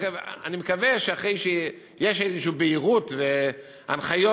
אני מקווה שאחרי שתהיה איזו בהירות והנחיות